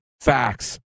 facts